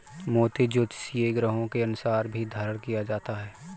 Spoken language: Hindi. मोती ज्योतिषीय ग्रहों के अनुसार भी धारण किया जाता है